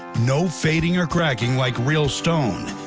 no fading or cracking like real stone.